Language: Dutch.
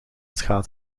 schaadt